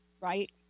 right